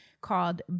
called